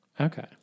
Okay